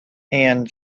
and